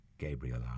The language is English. Gabriel